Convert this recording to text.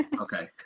okay